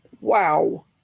Wow